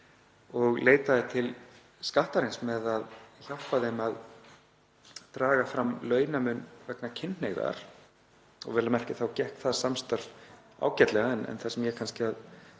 og leitaði til Skattsins með að hjálpa þeim að draga fram launamun vegna kynhneigðar og vel að merkja þá gekk það samstarf ágætlega. En það sem ég er að